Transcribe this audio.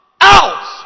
out